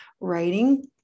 writing